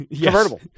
convertible